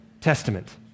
Testament